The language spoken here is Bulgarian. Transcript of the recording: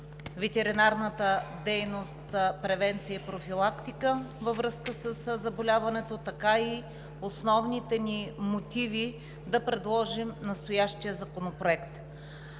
ветеринарната дейност, превенция и профилактика във връзка със заболяването, така и основните ни мотиви да предложим настоящия законопроект.